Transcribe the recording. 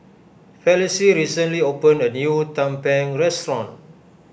Felicie recently opened a new Tumpeng restaurant